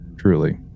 Truly